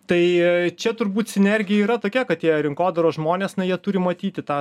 tai čia turbūt sinergija yra tokia kad jie rinkodaros žmonės na jie turi matyti tą